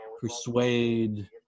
persuade